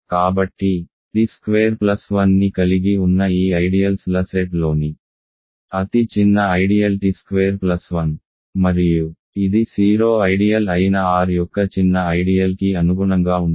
కాబట్టి t square plus 1ని కలిగి ఉన్న ఈ ఐడియల్స్ ల సెట్లోని అతి చిన్న ఐడియల్ t స్క్వేర్ ప్లస్ 1 మరియు ఇది 0 ఐడియల్ అయిన R యొక్క చిన్న ఐడియల్ కి అనుగుణంగా ఉంటుంది